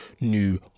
new